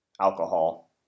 alcohol